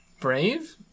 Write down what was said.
Brave